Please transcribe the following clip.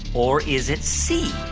or is it c,